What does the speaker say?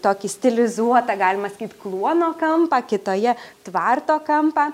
tokį stilizuotą galima sakyt kluono kampą kitoje tvarto kampą